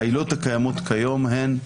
העילות הקיימות כיום הן: